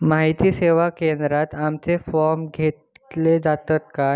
माहिती सेवा केंद्रात आमचे फॉर्म घेतले जातात काय?